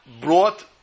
brought